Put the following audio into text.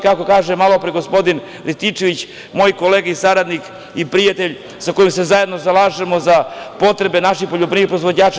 Kako kaže malopre gospodin Rističević, moj kolega, saradnik i prijatelj, sa kojim se zajedno zalažemo za potrebe naših poljoprivrednih proizvođača.